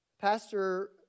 Pastor